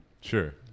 Sure